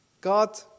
God